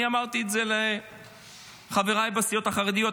אני אמרתי את זה לחבריי בסיעות החרדיות,